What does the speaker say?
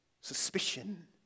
Suspicion